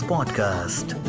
Podcast